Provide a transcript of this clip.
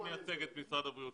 אני מייצג את משרד הבריאות,